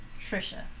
Trisha